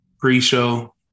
pre-show